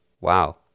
Wow